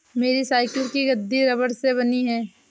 मेरी साइकिल की गद्दी रबड़ से बनी है